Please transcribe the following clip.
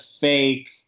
fake